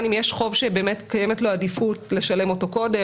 אם יש חוב שקיימת לו עדיפות לשלם אותו קודם,